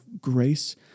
grace